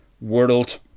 world